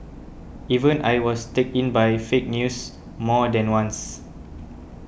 even I was taken in by fake news more than once